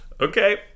Okay